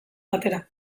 batera